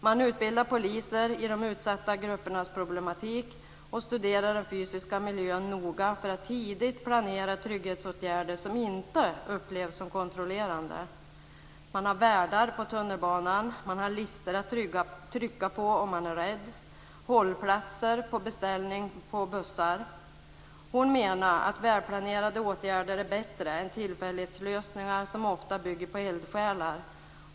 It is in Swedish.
Man utbildar poliser i de utsatta gruppernas problematik och studerar den fysiska miljön noga för att tidigt planera trygghetsåtgärder som inte upplevs som kontrollerande. Man har värdar på tunnelbanan, och man har lister att trycka på om man är rädd. Bussarna stannar på beställning. Hon menar att välplanerade åtgärder är bättre än tillfällighetslösningar, som ofta bygger på eldsjälar.